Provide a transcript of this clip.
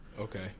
Okay